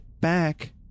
back